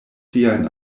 siajn